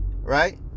right